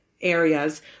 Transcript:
areas